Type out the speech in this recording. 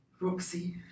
Roxy